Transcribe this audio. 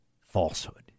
falsehood